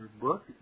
book